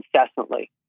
incessantly